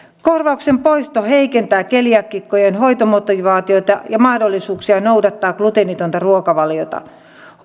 korvauksen poisto heikentää keliaakikkojen hoitomotivaatiota ja mahdollisuuksia noudattaa gluteenitonta ruokavaliota